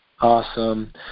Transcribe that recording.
Awesome